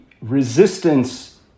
resistance